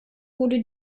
wurde